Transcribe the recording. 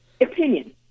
opinion